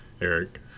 Eric